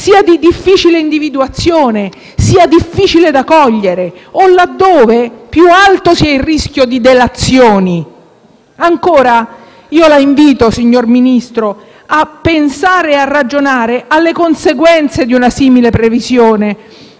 sia di difficile individuazione, sia difficile da cogliere o laddove più alto sia il rischio di delazioni. Ancora, signor Ministro, io la invito a ragionare sulle conseguenze di una simile previsione